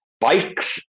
bikes